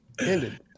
ended